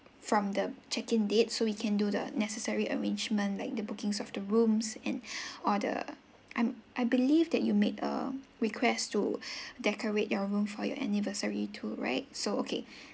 from the check in date so we can do the necessary arrangement like the bookings of the rooms and all the I'm I believe that you made a request to decorate your room for your anniversary too right so okay